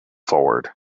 forward